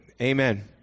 amen